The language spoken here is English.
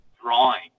drawing